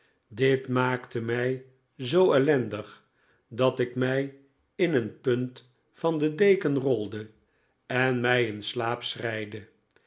dit maakte mij zoo ellendig dat ik mij in een punt van de deken rolde en mij in slaap